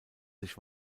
sich